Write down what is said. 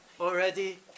already